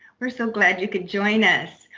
we're so glad you could join us!